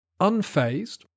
unfazed